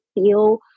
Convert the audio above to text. feel